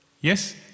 yes